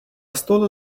stole